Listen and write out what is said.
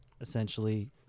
essentially